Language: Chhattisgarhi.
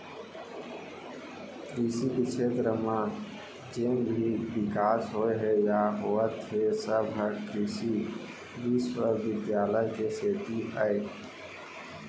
कृसि के छेत्र म जेन भी बिकास होए हे या होवत हे सब ह कृसि बिस्वबिद्यालय के सेती अय